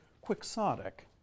quixotic